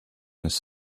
his